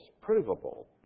provable